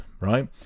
Right